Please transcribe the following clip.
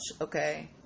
okay